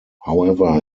however